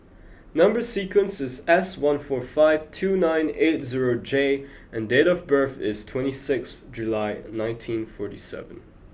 number sequence is S one four five two nine eight zero J and date of birth is twenty six July nineteen forty seven